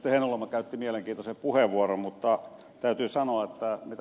heinäluoma käytti mielenkiintoisen puheenvuoron mutta täytyy sanoa mitä ed